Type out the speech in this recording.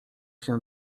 się